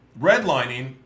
redlining